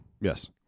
yes